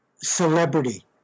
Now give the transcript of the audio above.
celebrity